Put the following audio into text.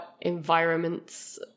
environments